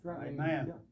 Amen